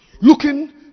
looking